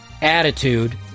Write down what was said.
attitude